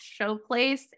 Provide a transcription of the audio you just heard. Showplace